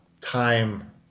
time